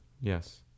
Yes